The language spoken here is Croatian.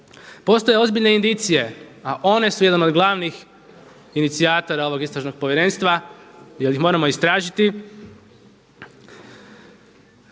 Postoje ozbiljne indicije, a one su jedan od glavnih inicijatora ovog istražnog povjerenstva jer ih moramo istražiti,